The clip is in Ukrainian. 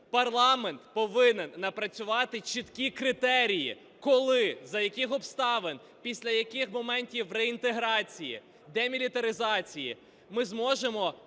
парламент повинен напрацювати чіткі критерії, коли, за яких обставин, після яких моментів реінтеграції, демілітаризації ми зможемо